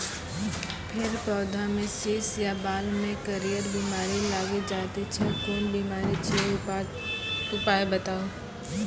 फेर पौधामें शीश या बाल मे करियर बिमारी लागि जाति छै कून बिमारी छियै, उपाय बताऊ?